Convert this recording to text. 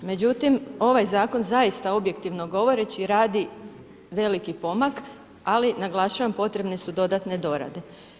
Međutim ovaj zakon zaista, objektivno govoreći, radi veliki pomak, ali naglašavam, potrebne su dodatne dorade.